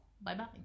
Bye-bye